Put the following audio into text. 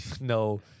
No